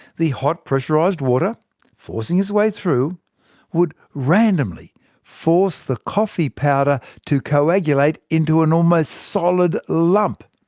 the hot pressurised water forcing its way through would randomly force the coffee powder to coagulate into an almost solid lump.